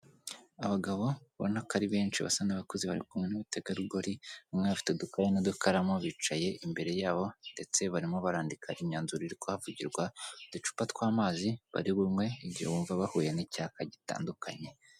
Abagabo ubona ko ari benshi basa n'abakuze bari kumwe n'abategarugori, bamwe bafite udukayi n'udukaramu bicaye imbere yabo ndetse barimo badika imyanzuro iri kuhavugirwa, uducupa tw'amazi bari bunywe igihe bumva bahuye n'icyaka gitandukanye.